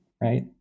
right